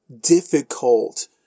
difficult